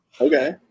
Okay